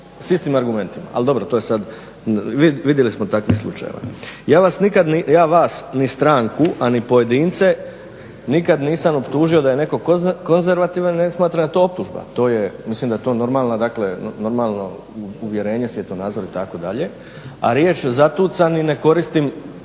sa istim argumentima. ali dobro to je sada vidjeli smo takvih slučajeva. Ja vas, a ni stranku, a ni pojedince nikada nisam optužio da je neko konzervativan jer ne smatram da je to optužba. Mislim da je to normalno uvjerenje, svjetonazor itd. a riječ zatucani ne koristim